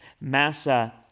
Massa